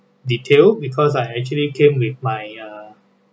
detail because I actually came with my uh